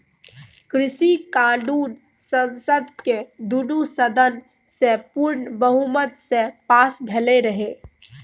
कृषि कानुन संसदक दुनु सदन सँ पुर्ण बहुमत सँ पास भेलै रहय